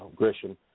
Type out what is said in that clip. Grisham